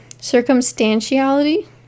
circumstantiality